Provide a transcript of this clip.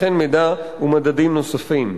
וכן מידע ומדדים נוספים.